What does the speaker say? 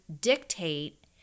dictate